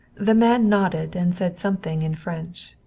the man nodded and said something in french.